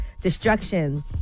Destruction